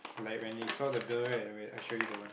like when he saw the bill right wait I show you the one